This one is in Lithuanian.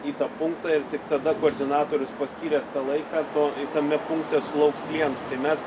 į tą punktą ir tik tada koordinatorius paskyręs tą laiką to tame punkte sulauks klientų tai mes